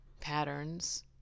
patterns